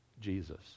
Jesus